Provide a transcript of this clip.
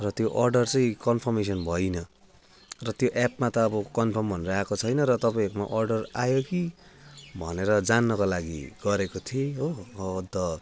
र त्यो अडर चाहिँ कन्फर्मेसन भएन र त्यो एपमा त अब कन्फर्म भनेर आएको छैन र तपाईँहरूमा अडर आयो कि भनेर जान्नको लागि गरेको थिएँ हो हो अन्त